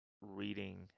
reading